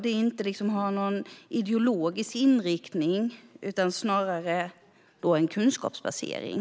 Det ska liksom inte ha någon ideologisk inriktning utan snarare en kunskapsbasering.